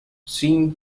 seem